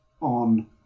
on